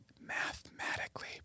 mathematically